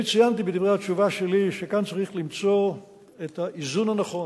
אני ציינתי בדברי התשובה שלי שכאן צריך למצוא את האיזון הנכון,